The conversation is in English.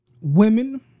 women